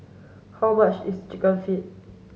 how much is chicken feet